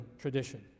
tradition